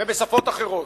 ובשפות אחרות.